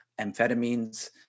amphetamines